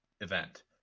event